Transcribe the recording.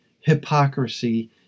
hypocrisy